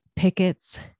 pickets